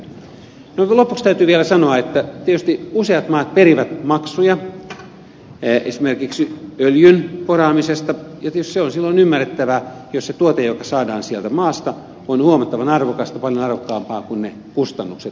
lopuksi täytyy vielä sanoa että tietysti useat maat perivät maksuja esimerkiksi öljyn poraamisesta ja tietysti se on silloin ymmärrettävää jos se tuote joka saadaan sieltä maasta on huomattavan arvokasta paljon arvokkaampaa kuin ne kustannukset mitä se kaivaminen aiheuttaa